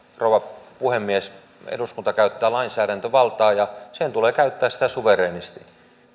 rouva puhemies eduskunta käyttää lainsäädäntövaltaa ja sen tulee käyttää sitä suvereenisti